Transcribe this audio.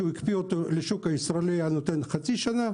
כשהוא הקפיא אותו לשוק הישראלי הוא היה נותן תוקף של חצי שנה,